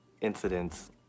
incidents